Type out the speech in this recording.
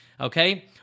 Okay